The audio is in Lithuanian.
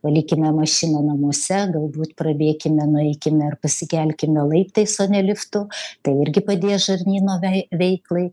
palikime mašiną namuose galbūt prabėkime nueikime ar pasikelkime laiptais o ne liftu tai irgi padės žarnyno vei veiklai